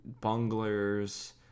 bunglers